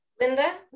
Linda